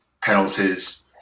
penalties